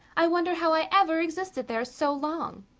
i wonder how i ever existed there so long.